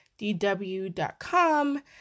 DW.com